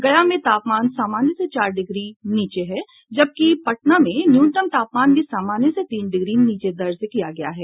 गया में तापमान सामान्य से चार डिग्री नीचे है जबकि पटना में न्यूनतम तापमान भी सामान्य से तीन डिग्री नीचे दर्ज किया गया है